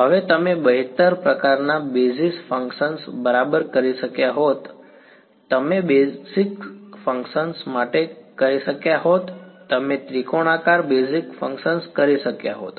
હવે તમે બહેતર પ્રકારનાં બેઝિસ ફંક્શન્સ બરાબર કરી શક્યા હોત તમે બેઝિક ફંક્શન્સ માટે કરી શક્યા હોત તમે ત્રિકોણાકાર બેઝિસ ફંક્શન્સ કરી શક્યા હોત